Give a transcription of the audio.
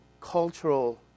cultural